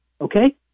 okay